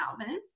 Alvin